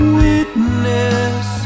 witness